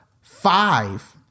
five